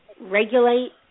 regulate